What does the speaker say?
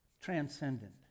transcendent